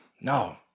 no